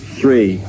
three